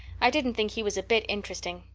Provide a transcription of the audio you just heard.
i didn't think he was a bit interesting.